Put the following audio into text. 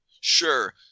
Sure